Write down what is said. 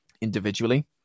Individually